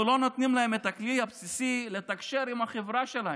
אנחנו לא נותנים להם את הכלי הבסיסי לתקשר עם החברה שלהם,